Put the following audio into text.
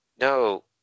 no